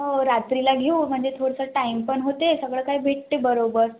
हो रात्रीला घेऊ म्हणजे थोडंसं टाईम पण होते सगळं काय भेटते बरोबर